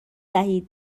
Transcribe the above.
دهید